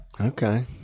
Okay